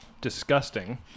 disgusting